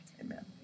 amen